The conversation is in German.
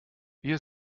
wir